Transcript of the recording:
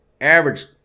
average